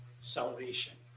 salvation